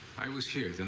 i was here